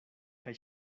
kaj